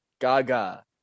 Gaga